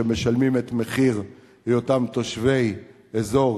הם משלמים את מחיר היותם תושבי אזור